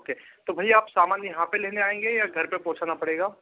okay तो भैया आप सामान यहाँ पर लेने आएंगे या सामान घर पर पहुंचाना पड़ेगा